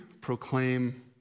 proclaim